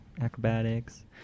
acrobatics